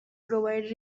provide